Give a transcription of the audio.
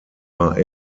war